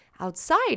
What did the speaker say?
outside